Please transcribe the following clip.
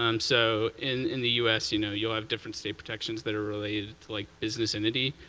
um so in the u s, you know you have different state protections that are related to like business entity,